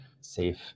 safe